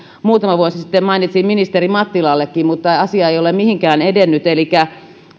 muutama vuosi sitten mainitsin ministeri mattilallekin mutta asia ei ole mihinkään edennyt elikkä